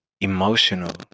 emotional